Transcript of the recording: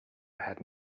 ahead